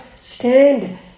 stand